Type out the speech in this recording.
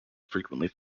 frequently